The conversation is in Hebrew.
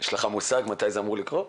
יש לך מושג מתי זה אמור לקרות?